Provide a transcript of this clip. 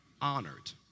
honored